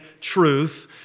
truth